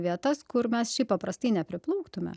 vietas kur mes šiaip paprastai nepraplauktume